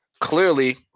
clearly